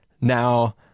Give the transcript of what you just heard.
Now